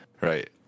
right